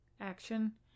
action